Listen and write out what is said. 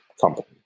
company